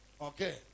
Okay